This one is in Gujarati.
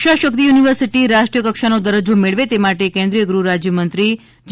રક્ષા શક્તિ યુનિવર્સિટી રાષ્ટ્રીય કક્ષાનો દરજ્જો મેળવે તે માટે કેન્દ્રિય ગૃહ રાજય મંત્રી જી